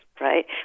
right